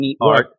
art